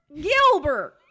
Gilbert